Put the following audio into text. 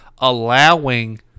Allowing